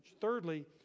Thirdly